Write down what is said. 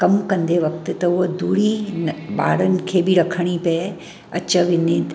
कमु कंदे वक़्तु त हूअ दूरी न ॿारनि खे बि रखणी पए अचु वञ त